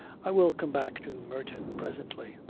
i will come back to merton presently.